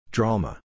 Drama